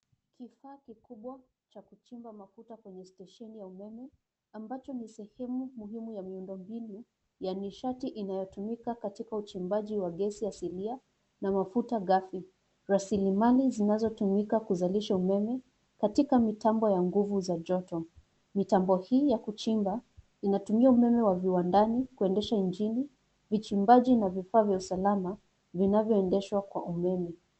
Kifaa kikubwa cha kuchimba mafuta kwenye stesheni ya umeme, ambacho ni sehemu muhimu ya miundombinu ya nishati inayotumika katika uchimbaji wa gesi asilia na mafuta gafi. Rasilimali zinazotumika kuzalisha umeme katika mitambo ya nguvu za joto. Mitambo hii ya kuchimba inatumia umeme wa viwandani kuendesha injini, vichimbaji na vifaa vya usalama vinavyoendeshwa kwa umeme.